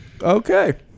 okay